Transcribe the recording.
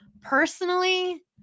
Personally